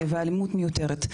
ואלימות מיותרת.